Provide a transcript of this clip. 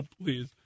Please